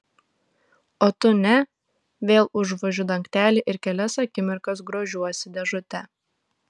o tu ne vėl užvožiu dangtelį ir kelias akimirkas grožiuosi dėžute